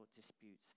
disputes